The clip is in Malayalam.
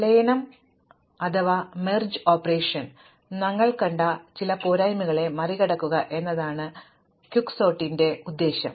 ലയനം അടുക്കുന്നതിൽ ഞങ്ങൾ കണ്ട ചില പോരായ്മകളെ മറികടക്കുക എന്നതാണ് ദ്രുത തരംതിരിക്കലിന്റെ ഉദ്ദേശ്യം